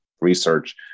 research